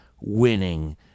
winning